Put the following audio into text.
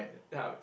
ya